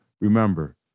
Remember